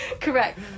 Correct